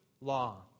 law